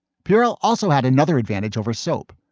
pure oil also had another advantage over soap.